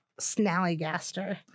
Snallygaster